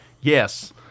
Yes